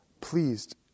pleased